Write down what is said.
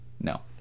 no